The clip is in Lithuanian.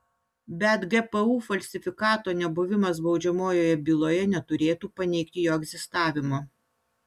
bet gpu falsifikato nebuvimas baudžiamojoje byloje neturėtų paneigti jo egzistavimo